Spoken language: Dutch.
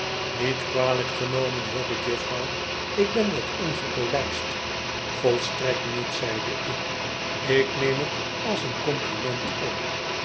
niet kwalijk genomen hoop ik jufvrouw ik ben wat ongepolijst volstrekt niet zeide ik ik neem het als een compliment op